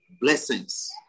Blessings